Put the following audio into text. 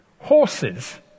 Horses